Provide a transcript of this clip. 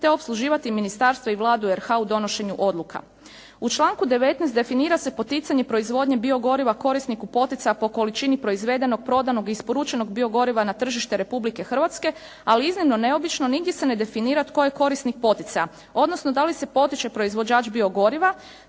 te opsluživati ministarstvo i Vladu RH u donošenju odluka. U članku 19. definira se poticanje proizvodnje biogoriva korisniku poticaja po količini proizvedenog, prodanog i isporučenog biogoriva na tržište Republike Hrvatske, ali iznimno neobično, nigdje se ne definira tko je korisnik poticaja odnosno da li se potiče proizvođač biogoriva,